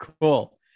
cool